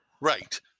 Right